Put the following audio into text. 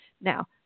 Now